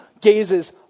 gazes